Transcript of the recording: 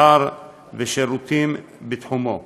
מסחר ושירותים בתחומו.